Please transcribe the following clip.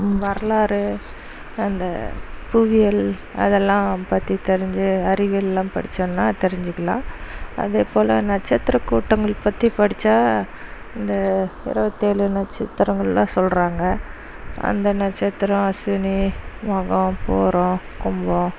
வரலாறு அந்த புவியியல் அதெல்லாம் பற்றி தெரிஞ்சு அறிவியலெல்லாம் படித்தோன்னா தெரிஞ்சுக்கலாம் அதேபோல் நட்சத்திரக் கூட்டங்கள் பற்றி படித்தா இந்த இருவத்தேழு நட்சத்திரங்களெலாம் சொல்கிறாங்க அந்த நட்சத்திரம் அஸ்வினி மகம் பூரம் கும்பம்